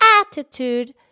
attitude